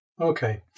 Okay